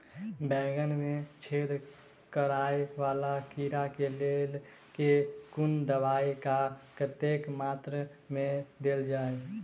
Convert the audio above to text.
बैंगन मे छेद कराए वला कीड़ा केँ लेल केँ कुन दवाई आ कतेक मात्रा मे देल जाए?